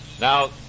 Now